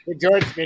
George